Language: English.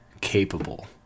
capable